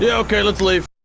yeah ok, let's leave